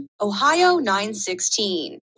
Ohio916